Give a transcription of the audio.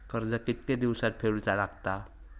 कर्ज कितके दिवसात फेडूचा लागता?